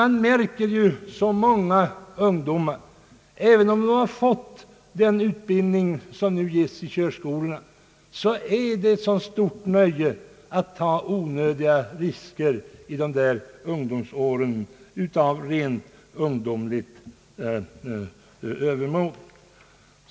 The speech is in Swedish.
Man märker ju att det för många ungdomar, även om de fått den utbildning som nu ges i körskolorna, är ett stort nöje att i rent ungdomligt övermod ta onödiga risker.